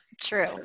True